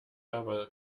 aber